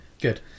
good